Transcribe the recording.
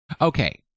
Okay